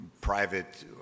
private